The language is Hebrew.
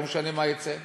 לא משנה מה יצא.